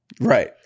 right